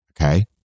Okay